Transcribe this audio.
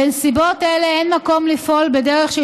בנסיבות אלה אין מקום לפעול בדרך של